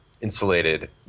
insulated